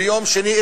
וביום שני,